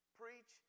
preach